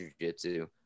jujitsu